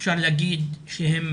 אפשר להגיד שהם